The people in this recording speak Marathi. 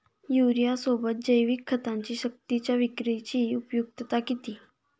युरियासोबत जैविक खतांची सक्तीच्या विक्रीची उपयुक्तता किती?